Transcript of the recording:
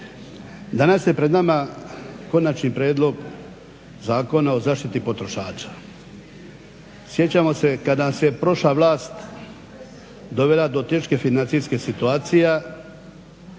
Danas je pred nama Konačni prijedlog Zakona o zaštiti potrošača. Sjećamo se kad nas je prošla vlast dovela do teške financijske situacije